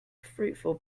fruitful